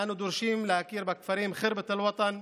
אנו דורשים להכיר בכפרים ח'רבת אל-וטן,